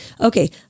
Okay